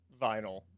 vinyl